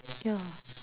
yeah